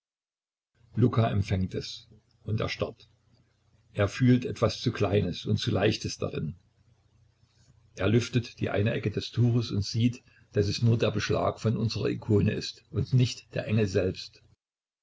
luka empfängt es und erstarrt er fühlt etwas zu kleines und zu leichtes darin er lüftet die eine ecke des tuches und sieht daß es nur der beschlag von unserer ikone ist und nicht der engel selbst